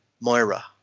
Moira